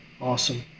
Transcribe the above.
awesome